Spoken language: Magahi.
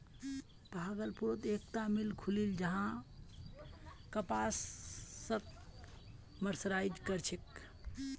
भागलपुरत एकता मिल खुलील छ जहां कपासक मर्सराइज कर छेक